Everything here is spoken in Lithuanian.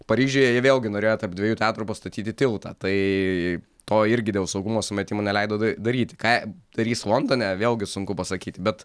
paryžiuje jie vėlgi norėjo tarp dviejų teatrų pastatyti tiltą tai to irgi dėl saugumo sumetimų neleido da daryti ką darys londone vėlgi sunku pasakyti bet